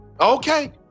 Okay